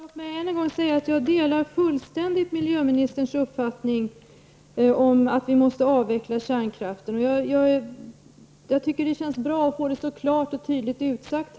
Fru talman! Låt mig än en gång säga att jag delar miljöministerns uppfattning fullständigt om att vi måste avveckla kärnkraften. Jag tycker att det känns bra att få det så klart och tydligt utsagt.